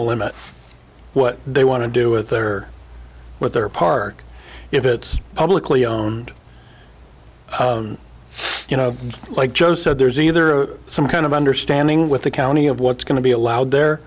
to limit what they want to do with their with their park if it's publicly you know like joe said there's either some kind of understanding with the county of what's going to be allowed there